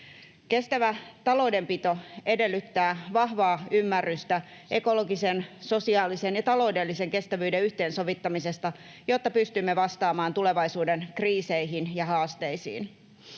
Kestävä taloudenpito edellyttää vahvaa ymmärrystä ekologisen, sosiaalisen ja taloudellisen kestävyyden yhteensovittamisesta, jotta pystymme vastaamaan tulevaisuuden kriiseihin ja haasteisiin.